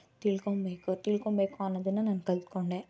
ತಿಳ್ಕೊಳ್ಬೇಕು ತಿಳ್ಕೊಳ್ಬೇಕು ಅನ್ನೋದನ್ನು ನಾನು ಕಲಿತ್ಕೊಂಡೆ